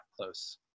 close